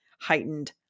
heightened